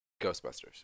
Ghostbusters